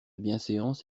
bienséance